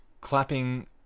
clapping